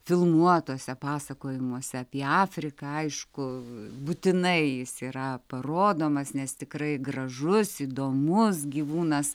filmuotuose pasakojimuose apie afriką aišku būtinai jis yra parodomas nes tikrai gražus įdomus gyvūnas